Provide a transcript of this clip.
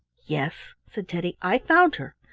yes, said teddy, i found her,